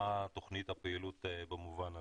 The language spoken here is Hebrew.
מה תוכנית הפעילות במובן הזה?